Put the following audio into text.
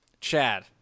Chad